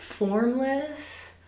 Formless